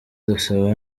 dusaba